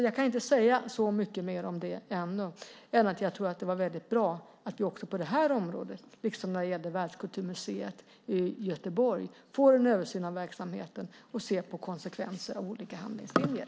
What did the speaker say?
Jag kan inte säga så mycket mer ännu än att jag tror att det är väldigt bra att vi också på det här området, liksom när det gällde Världskulturmuseet i Göteborg, får en översyn av verksamheten och av konsekvenser av olika handlingslinjer.